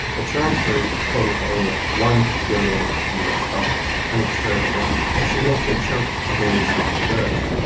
the transfers totalled to almost one billion us dollars, an absurd amount, a significant chunk of the nation's reserves.